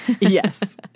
Yes